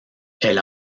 elle